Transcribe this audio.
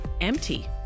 empty